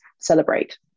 celebrate